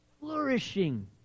flourishing